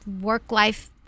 work-life